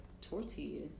tortilla